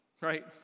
right